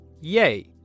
yay